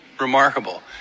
Remarkable